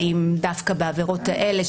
האם דווקא בעבירות האלה,